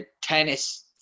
tennis